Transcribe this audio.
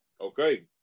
Okay